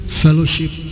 fellowship